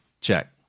Check